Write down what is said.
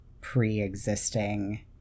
pre-existing